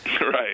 Right